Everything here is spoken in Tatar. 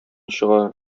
чыга